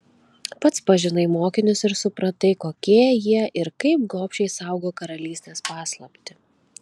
pats pažinai mokinius ir supratai kokie jie ir kaip gobšiai saugo karalystės paslaptį